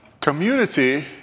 Community